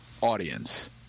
audience